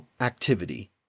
Activity